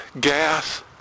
gas